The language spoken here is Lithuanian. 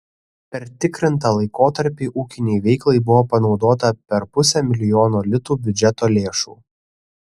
per tikrintą laikotarpį ūkinei veiklai buvo panaudota per pusę milijono litų biudžeto lėšų